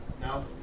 No